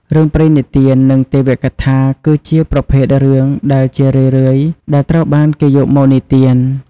រឿងព្រេងនិទាន និងទេវកថា គឺជាប្រភេទរឿងដែលជារឿយៗដែលត្រូវបានគេយកមកនិទាន។